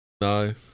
No